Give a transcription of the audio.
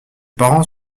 parents